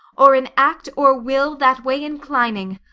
or in act or will that way inclining,